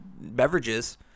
beverages